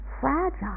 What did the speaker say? fragile